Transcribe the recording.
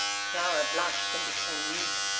clara blushed and became mute.